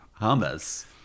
hummus